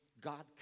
God